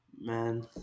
man